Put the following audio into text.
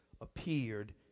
appeared